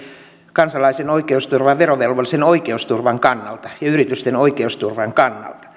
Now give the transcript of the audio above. kansalaisen oikeusturvan ja verovelvollisen oikeusturvan kannalta sekä yritysten oikeusturvan kannalta